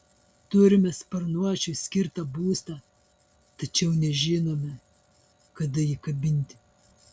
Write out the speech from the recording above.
turime sparnuočiui skirtą būstą tačiau nežinome kada jį kabinti